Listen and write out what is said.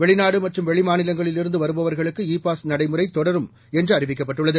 வெளிநாடுமற்றும்வெளிமாநிலங்க ளில்இருந்துவருபவர்களுக்குஇ பாஸ்நடைமுறைதொடரும்என்றுஅறிவிக்கப்பட்டுள்ளது